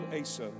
Asa